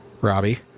Robbie